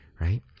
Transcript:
right